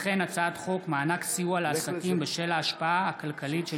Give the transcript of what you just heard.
הצעת חוק מענק סיוע לעסקים בשל ההשפעה הכלכלית של